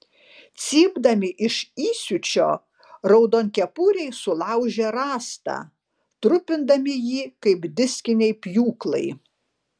cypdami iš įsiūčio raudonkepuriai sulaužė rąstą trupindami jį kaip diskiniai pjūklai